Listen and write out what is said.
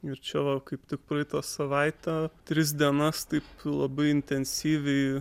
ir čia va kaip tik praeitą savaitę tris dienas taip labai intensyviai